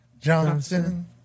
Johnson